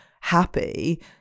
happy